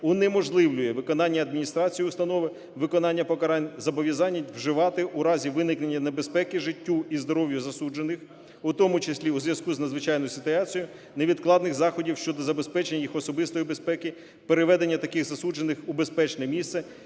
унеможливлює виконання адміністрацією установи виконання покарань зобов'язання вживати у разі виникнення небезпеки життю і здоров'ю засуджених, у тому числі у зв'язку з надзвичайною ситуацією невідкладних заходів щодо забезпечення їх особистої безпеки, переведення таких засуджених у безпечне місце,